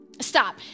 stop